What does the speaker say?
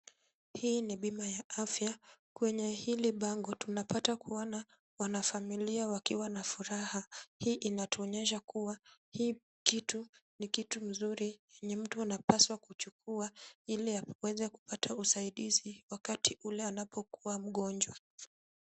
Hii ni bima ya afya. Kwenye hili bango, tunapata kuona wanafamilia wakiwa na furaha. Hii inatuonyesha kuwa hii kitu ni kitu mzuri yenye mtu anapaswa kuchukua ili aweze kupata usaidizi wakati ule anapokuwa mgonjwa.